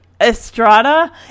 Estrada